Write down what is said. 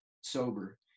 sober